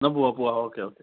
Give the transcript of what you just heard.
എന്നാൽ പോകാം പോകാം ഓക്കെ ഓക്കെ